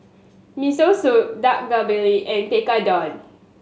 Miso Soup Dak Galbi and Tekkadon